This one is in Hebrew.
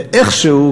ואיכשהו,